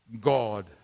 God